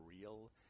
real